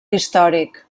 històric